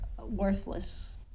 worthless